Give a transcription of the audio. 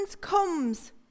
comes